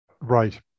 Right